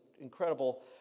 incredible